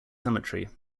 cemetery